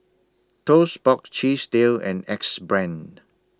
Toast Box Chesdale and Axe Brand